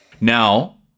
Now